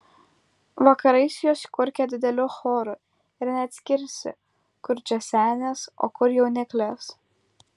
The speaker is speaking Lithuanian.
vakarais jos kurkia dideliu choru ir neatskirsi kur čia senės o kur jauniklės